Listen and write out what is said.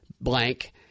blank –